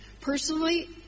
Personally